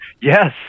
Yes